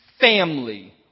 family